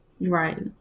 Right